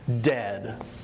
dead